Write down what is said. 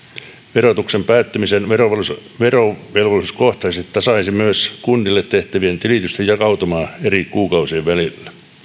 verotuksen päättyminen verovelvolliskohtaisesti tasaisi myös kunnille tehtävien tilitysten jakaumaa eri kuukausien välillä